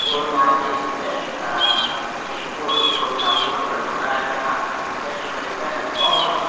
Purnia east अऽ पूर्व पूर्णिया पूर्व हमरा आर इहाँ क्षेत्र मे जे छै ने बहुत